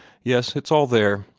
yes, it's all there.